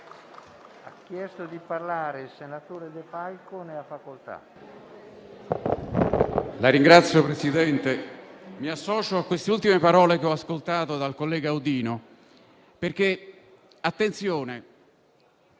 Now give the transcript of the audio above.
mi associo a queste ultime parole che ho ascoltato dal collega Auddino, perché - attenzione